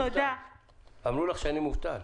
אמרו לך שאני מובטל?